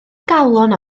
galon